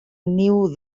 niu